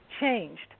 changed